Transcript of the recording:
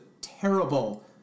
terrible